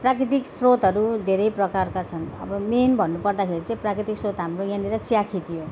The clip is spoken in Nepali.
प्राकृतिक स्रोतहरू धेरै प्रकारका छन् अब मेन भन्नुपर्दाखेरि चाहिँ प्राकृतिक स्रोत हाम्रो यहाँनिर चियाखेती हो